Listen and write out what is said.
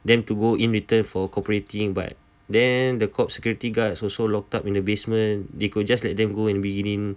them to go in return for cooperating but then the cop security guards also locked up in the basement they could just let them go in the beginning